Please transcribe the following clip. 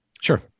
Sure